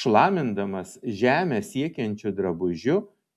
šlamindamas žemę siekiančiu drabužiu